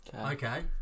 Okay